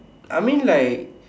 I mean like